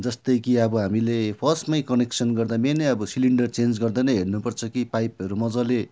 जस्तै कि अब हामीले फर्स्टमै कनेक्सन गर्दा मेन अब सिलिन्डर चेन्ज गर्दा नै हेर्नु पर्छ कि पाइपहरू मजाले